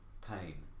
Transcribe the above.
pain